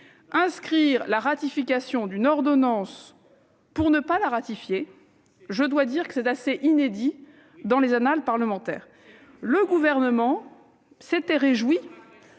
du jour la ratification d'une ordonnance pour ne pas la ratifier, je dois dire que c'est assez inédit dans les annales parlementaires ! C'est votre